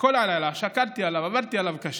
כל הלילה, שקדתי עליו, עבדתי עליו קשה.